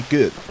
Good